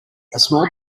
small